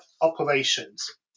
operations